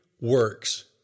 works